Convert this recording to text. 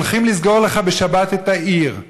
הולכים לסגור לך בשבת את העיר.